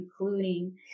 including